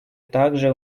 также